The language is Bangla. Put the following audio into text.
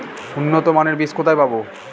উন্নতমানের বীজ কোথায় পাব?